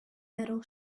metal